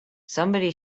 somebody